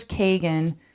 Kagan